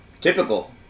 Typical